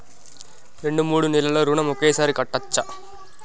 రెండు మూడు నెలల ఋణం ఒకేసారి కట్టచ్చా?